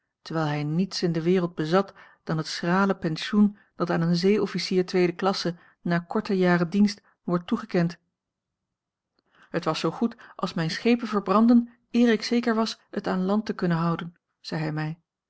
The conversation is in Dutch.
terwijl hij niets in de wereld bezat dan het schrale pensioen dat aan een zee officier tweede klasse na korte jaren dienst wordt toegekend het was zoo goed als mijne schepen verbranden eer ik zeker was het aan land te kunnen honden zei hij mij